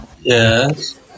Yes